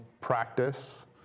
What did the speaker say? practice